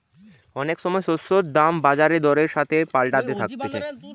অনেক সময় শস্যের দাম বাজার দরের সাথে পাল্টাতে থাকছে